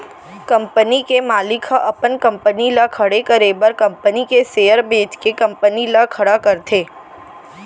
company के मालिक ह अपन कंपनी ल खड़े करे बर कंपनी के सेयर बेंच के कंपनी ल खड़ा करथे